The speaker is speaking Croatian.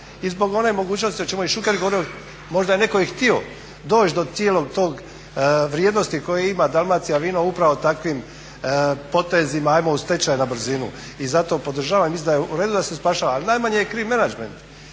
i zbog one mogućnosti o čemu je Šuker govorio. Možda je netko i htio dođi do cijele te vrijednosti koju ima Dalmacijavino upravo takvim potezima ajmo u stečaj na brzinu. I zato podržavam … u redu je da se spašava i najmanje je kriv menadžment.